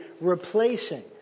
replacing